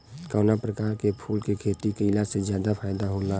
कवना प्रकार के फूल के खेती कइला से ज्यादा फायदा होला?